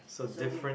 so we